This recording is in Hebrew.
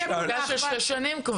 אבל זה מונח בוועדה.